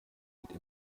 geht